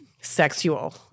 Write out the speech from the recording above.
Sexual